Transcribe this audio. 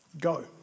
Go